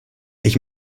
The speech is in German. ich